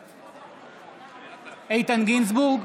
בעד איתן גינזבורג,